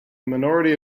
minority